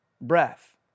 breath